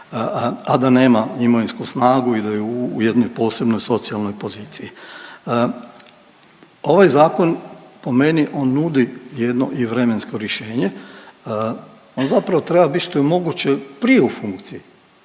a da nema imovinsku snagu i da je u jednom posebnoj socijalnoj poziciji. Ovaj zakon po meni on nudi jedno i vremensko rješenje. On zapravo treba bit što je moguće prije u funkciji,